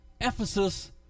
Ephesus